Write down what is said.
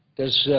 does